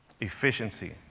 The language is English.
Efficiency